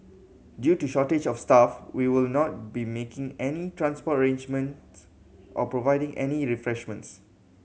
due to shortage of staff we will not be making any transport arrangement or providing any refreshments